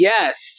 Yes